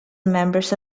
members